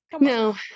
No